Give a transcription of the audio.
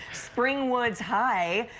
spring woods high.